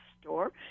store